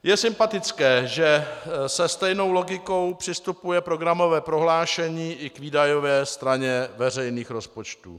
Je sympatické, že se stejnou logikou přistupuje programové prohlášení i k výdajové straně veřejných rozpočtů.